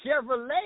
Chevrolet